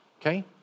okay